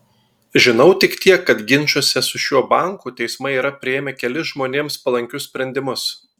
žinau tik tiek kad ginčuose su šiuo banku teismai yra priėmę kelis žmonėms palankius sprendimus